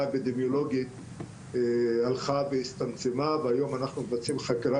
האפידמיולוגית הלכה והצטמצמה והיום אנחנו מבצעים חקירה